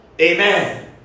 Amen